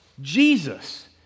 Jesus